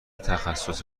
تخصص